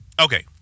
okay